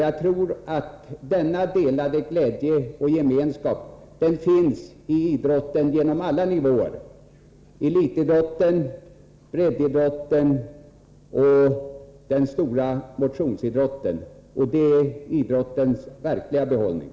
Jag tror att den delade glädjen och gemenskapen finns på alla nivåer inom idrotten, vare sig det rör sig om elitidrotten, breddidrotten eller den stora motionsidrotten. Det är idrottens verkliga behållning.